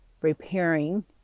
repairing